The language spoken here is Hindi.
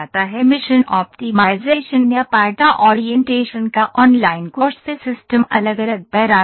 मिशन ऑप्टिमाइज़ेशन या पार्ट ओरिएंटेशन का ऑनलाइन कोर्स सिस्टम अलग अलग पैरामीटर हैं